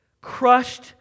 crushed